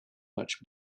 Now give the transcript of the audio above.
much